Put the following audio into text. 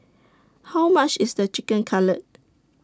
How much IS The Chicken Cutlet